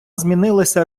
змінилася